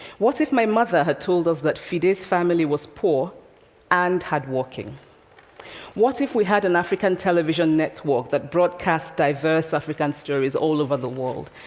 what if my mother had told us that fide's family was poor and hardworking? what if we had an african television network that broadcast diverse african stories all over the world?